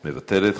מוותרת.